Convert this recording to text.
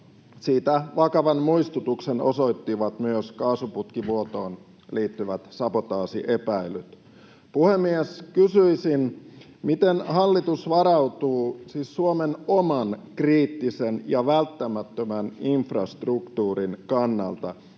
Siitä vakavan muistutuksen osoittivat myös kaasuputkivuotoon liittyvät sabotaasiepäilyt. Puhemies! Kysyisin: miten hallitus varautuu siis Suomen oman kriittisen ja välttämättömän infrastruktuurin kannalta,